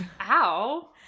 Ow